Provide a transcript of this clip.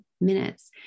minutes